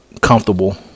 comfortable